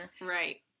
Right